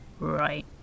Right